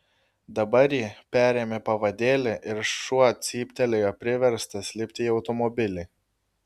dabar ji perėmė pavadėlį ir šuo cyptelėjo priverstas lipti į automobilį